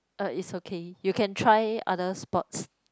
uh is okay you can try other sports